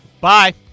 Bye